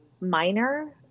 minor